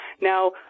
Now